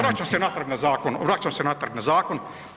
Vraćam se natrag na zakon, vraćam se natrag na zakon.